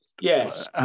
Yes